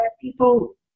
people